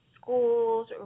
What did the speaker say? schools